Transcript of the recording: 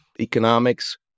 economics